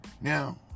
Now